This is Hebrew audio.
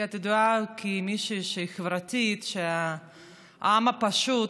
כי את ידועה כמישהי שהיא חברתית, שהעם הפשוט